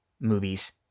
movies